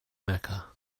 mecca